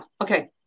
Okay